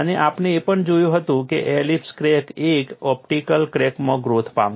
અને આપણે એ પણ જોયું હતું કે એલિપ્સ ક્રેક એક એલિપ્ટિકલ ક્રેકમાં ગ્રોથ પામશે